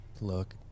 Look